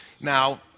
Now